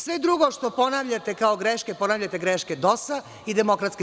Sve drugo što ponavljate kao greške, ponavljate greške DOS-a i DS.